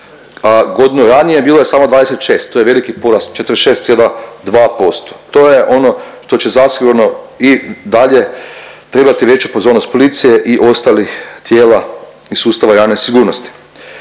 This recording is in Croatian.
a godinu ranije bilo je samo 26, to je veliki porast, 46,2%, to je ono što će zasigurno i dalje trebati veću pozornost policije i ostalih tijela iz sustava javne sigurnost.